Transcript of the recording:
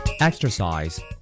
Exercise